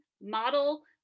model